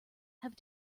have